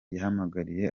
yahamagariye